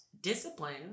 discipline